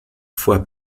foi